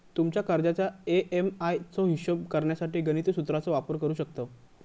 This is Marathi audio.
तुमच्या कर्जाच्या ए.एम.आय चो हिशोब करण्यासाठी गणिती सुत्राचो वापर करू शकतव